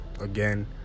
again